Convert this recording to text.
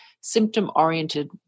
symptom-oriented